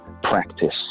practice